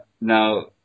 Now